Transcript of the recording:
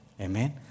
Amen